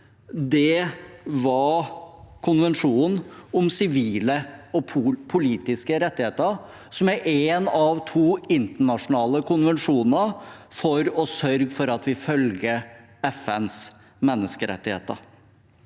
det var FNs konvensjonen om sivile og politiske rettigheter, som er en av to internasjonale konvensjoner for å sørge for at vi følger FNs menneskerettigheter.